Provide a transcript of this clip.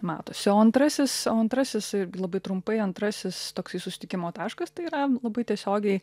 matosi o antrasis o antrasis ir labai trumpai antrasis toksai susitikimo taškas tai yra labai tiesiogiai